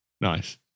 Nice